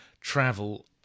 travel